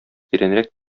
тирәнрәк